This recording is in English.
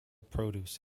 produce